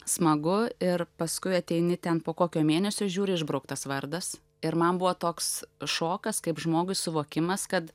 smagu ir paskui ateini ten po kokio mėnesio žiūri išbrauktas vardas ir man buvo toks šokas kaip žmogui suvokimas kad